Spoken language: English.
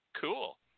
Cool